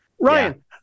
Ryan